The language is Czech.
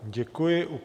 Děkuji.